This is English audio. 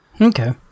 Okay